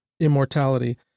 immortality